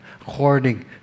according